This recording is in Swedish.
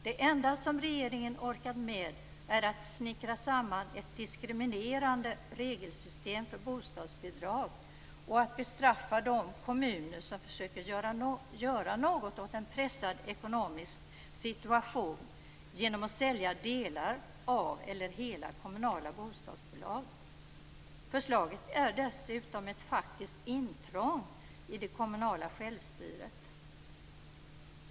Det enda som regeringen orkat med är att snickra samman ett diskriminerande regelsystem för bostadsbidrag och att bestraffa de kommuner som försöker göra något åt en pressad ekonomisk situation genom att sälja delar av eller hela kommunala bostadsbolag. Förslaget är dessutom ett faktiskt intrång i det kommunala självstyret.